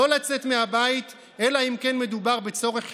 לא לצאת מהבית אלא אם כן מדובר בצורך חיוני,